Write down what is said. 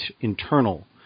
internal